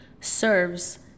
serves